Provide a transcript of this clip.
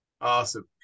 Awesome